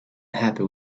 happy